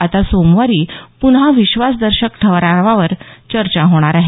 आता सोमवारी पुन्हा विश्वासदर्शक ठरावावर चर्चा होणार आहे